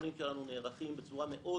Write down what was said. הפרוטוקולים שלנו נערכים בצורה מקצועית,